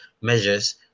measures